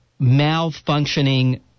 malfunctioning